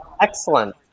Excellent